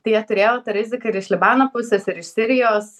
tai jie turėjo tą riziką ir iš libano pusės ir iš sirijos